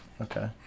Okay